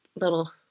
little